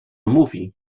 mówi